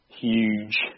huge